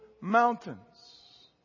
mountains